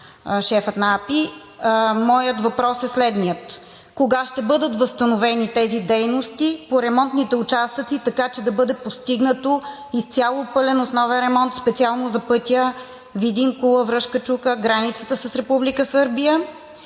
шефа на АПИ, моят въпрос е следният: кога ще бъдат възстановени тези дейности по ремонтните участъци, така че да бъде постигнат изцяло пълен основен ремонт, специално за пътя Видин – Кула – Връшка чука – границата с Република